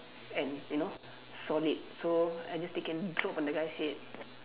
and you know solid so I just take and drop on the guy's head